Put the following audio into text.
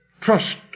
Trust